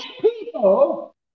people